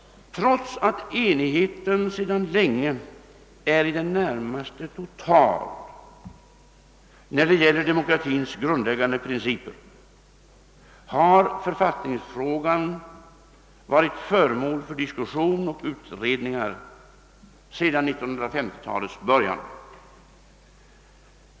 Trots att enigheten sedan länge är i det närmaste total när det gäller demokratins grundläggande principer har författningsfrågan varit föremål för diskussion och utredningar sedan 1950 talets början.